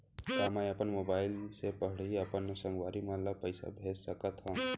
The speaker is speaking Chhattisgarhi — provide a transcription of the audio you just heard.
का मैं अपन मोबाइल से पड़ही अपन संगवारी मन ल पइसा भेज सकत हो?